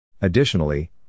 Additionally